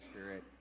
Spirit